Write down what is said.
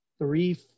three